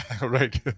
Right